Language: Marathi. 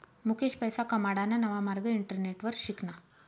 मुकेश पैसा कमाडाना नवा मार्ग इंटरनेटवर शिकना